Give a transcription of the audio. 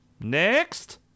Next